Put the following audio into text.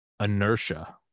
inertia